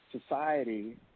society